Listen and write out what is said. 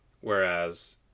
Whereas